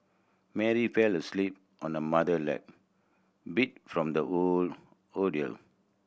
Mary fell asleep on her mother lap beat from the whole ordeal